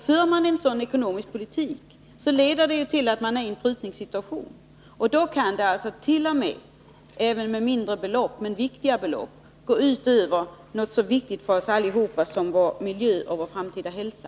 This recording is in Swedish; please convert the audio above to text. För man en sådan ekonomisk politik leder det till en prutningssituation. Då kan det t.o.m. — låt vara att det är med mindre belopp — gå ut över något för oss alla så viktigt som vår miljö och vår framtida hälsa.